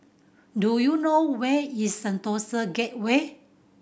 do you know where is Sentosa Gateway